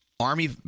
Army